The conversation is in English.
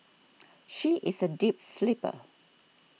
she is a deep sleeper